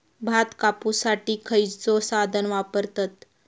भात कापुसाठी खैयचो साधन वापरतत?